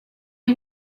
you